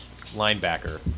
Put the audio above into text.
linebacker